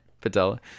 Patella